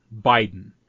Biden